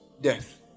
death